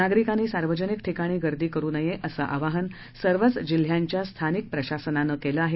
नागरिकांनी सार्वजनिक ठिकाणी गर्दी करू नये असं आवाहन सर्वच जिल्ह्यांच्या स्थानिक प्रशासनानं केलं आहे